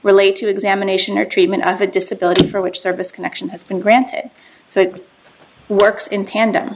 relate to examination or treatment of a disability for which service connection has been granted so it works in tandem